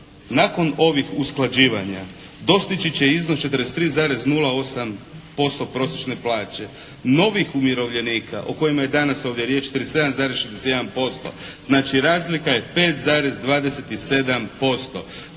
nakon ovih usklađivanja dostići će iznos 43,08% prosječne plaće. Novih umirovljenika o kojima je danas ovdje riječ 37,61% znači razlika je 5,27%.